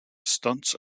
stunts